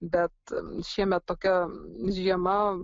bet šiemet tokia žiema